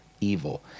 evil